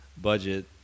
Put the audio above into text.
budget